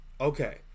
okay